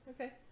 Okay